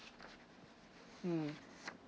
mm